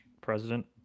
president